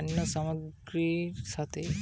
টাকা লেনদেন হতিছে পণ্য সামগ্রীর সাথে